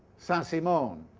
saint-simon.